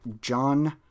John